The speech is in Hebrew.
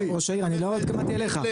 לא חלילה ראש העיר אני לא התכוונתי אלייך,